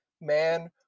Man